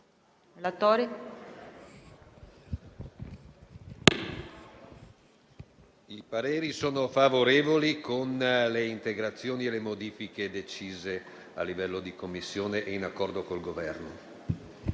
i pareri sono favorevoli con le integrazioni e le modifiche decise a livello di Commissione e in accordo col Governo.